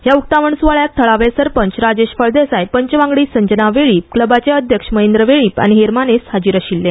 हया उक्तावण स्वाळ्याक थळावे सरपंच राजेश फळदेसाय पंच वांगडी संजना वेळीप क्लबाचे अध्यक्ष महेंद्र वेळीप आनी हेर मानेस्त हाजीर आशिल्ले